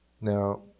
Now